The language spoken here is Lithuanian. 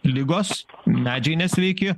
ligos medžiai nesveiki